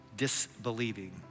disbelieving